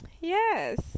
Yes